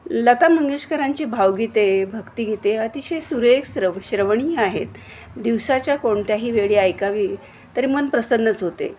लता मंगेशकरांची भावगीते भक्तिगीते अतिशय सुरेख श्रव श्रवणीय आहेत दिवसाच्या कोणत्याही वेळी ऐकावी तरी मन प्रसन्नच होते